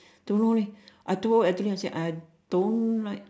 don't know eh I told adeline I say I don't like